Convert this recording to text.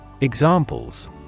Examples